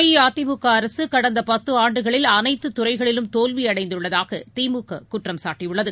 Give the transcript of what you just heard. அஇஅதிமுகஅரசுகடந்த ஆண்டுகளில் அனைத்துதுறைகளிலும் தோல்விஅடைந்துள்ளதாகதிமுககுற்றம் சாட்டியுள்ளது